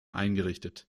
eingerichtet